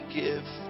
give